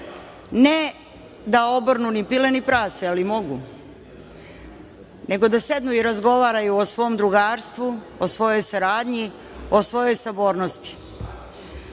ne da obrnu ni pile, ni prase, ali mogu, nego da sednu i razgovaraju o svom drugarstvu, o svojoj saradnji, o svojoj sabornosti. Gospođo